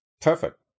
Perfect